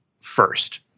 first